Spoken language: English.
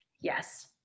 yes